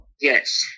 Yes